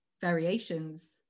variations